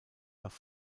nach